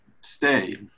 stay